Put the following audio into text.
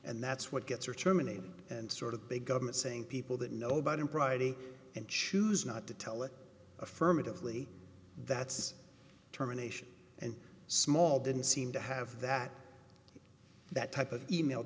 and that's what gets her terminated and sort of big government saying people that know about impropriety and choose not to tell it affirmatively that's terminations and small didn't seem to have that that type of e mail